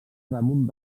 damunt